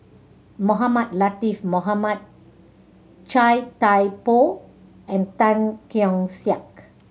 Mohamed Latiff Mohamed Chia Thye Poh and Tan Keong Saik